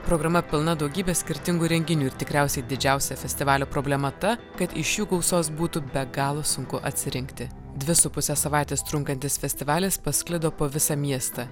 programa pilna daugybės skirtingų renginių ir tikriausiai didžiausia festivalio problema ta kad iš jų gausos būtų be galo sunku atsirinkti dvi su puse savaitės trunkantis festivalis pasklido po visą miestą